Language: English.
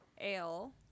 Ale